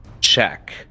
check